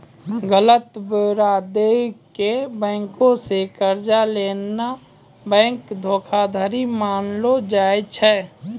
गलत ब्योरा दै के बैंको से कर्जा लेनाय बैंक धोखाधड़ी मानलो जाय छै